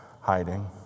hiding